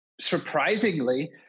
surprisingly